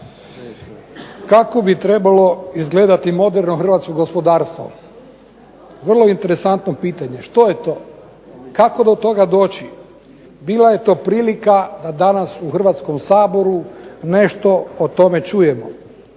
Kako bi trebalo izgledati moderno hrvatsko gospodarstvo? Vrlo interesantno pitanje. Što je to? Kako do toga doći? Bila je to prilika da danas u Hrvatskom saboru nešto o tome čujemo.